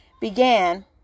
began